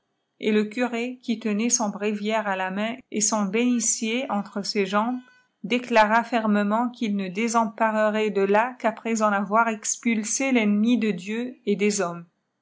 et le curé qui tenait son bréviaire à la maiin ëi son feenî lier entre ses jambes déclara fermement qli'il hé déiflpaï imt de là qu'après en avoir expulsé retthemi de dieu et dés hbihfties